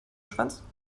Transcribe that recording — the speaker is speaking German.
pferdeschwanz